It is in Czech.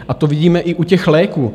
A to vidíme i u těch léků.